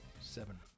Seven